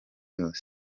yose